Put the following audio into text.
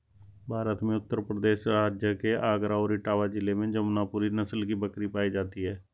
भारत में उत्तर प्रदेश राज्य के आगरा और इटावा जिले में जमुनापुरी नस्ल की बकरी पाई जाती है